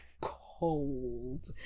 Cold